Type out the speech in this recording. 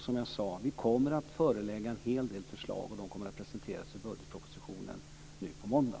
Som jag sade: Vi kommer att förelägga en hel del förslag, och de kommer att presenteras i budgetpropositionen nu på måndag.